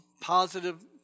positive